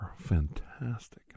fantastic